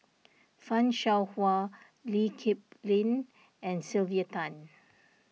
Fan Shao Hua Lee Kip Lin and Sylvia Tan